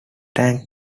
tank